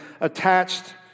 attached